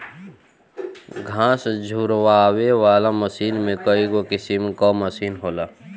घास झुरवावे वाला मशीन में कईगो किसिम कअ मशीन होला